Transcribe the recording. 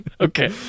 Okay